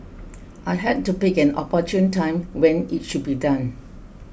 I had to pick an opportune time when it should be done